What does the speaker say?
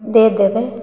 दे देबै